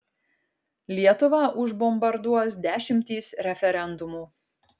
lietuvą užbombarduos dešimtys referendumų